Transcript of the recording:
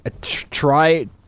try